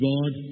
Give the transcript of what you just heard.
God